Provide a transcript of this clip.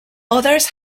others